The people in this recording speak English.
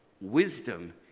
wisdom